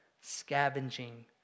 scavenging